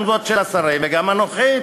גם זאת של השרים וגם הנוכחית.